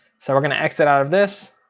so we're gonna exit out of this.